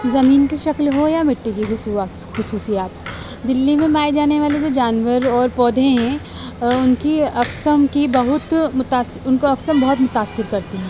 زمین کی شکل ہو یا مٹی کی کھصواکص خصوصیات دہلی میں پائے جانے والے جو جانور اور پودے ہیں ان کی اقساام کی بہت متاث ان کو اقسم بہت متاثر کرتی ہیں